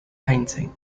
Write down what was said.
painting